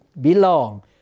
belong